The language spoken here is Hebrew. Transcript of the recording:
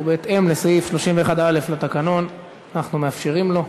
ובהתאם לסעיף 31(א) לתקנון אנחנו מאפשרים לו.